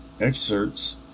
Excerpts